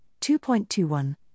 2.21